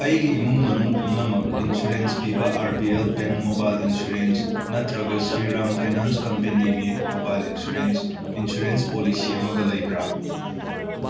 ꯑꯩꯒꯤ ꯏꯃꯨꯡ ꯃꯅꯨꯡ ꯄꯨꯝꯅꯃꯛ ꯏꯟꯁꯨꯔꯦꯟꯁ ꯄꯤꯕ R B L bank mobile insurance ꯅꯇ꯭ꯔꯒ ꯁ꯭ꯔꯤꯔꯥꯝ ꯐꯥꯏꯅꯥꯟꯁ ꯀꯝꯄꯦꯅꯤꯒꯤ ꯃꯣꯕꯥꯏꯜ ꯏꯟꯁꯨꯔꯦꯟꯁ ꯏꯟꯁꯨꯔꯦꯟꯁ ꯄꯣꯂꯤꯁꯤ ꯑꯃꯒ ꯂꯩꯕꯔꯥ